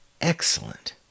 excellent